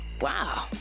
Wow